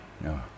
No